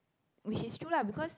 which is true lah because